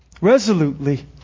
resolutely